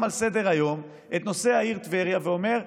על סדר-היום את נושא העיר טבריה ואומר: